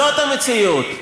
זאת המציאות.